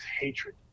hatred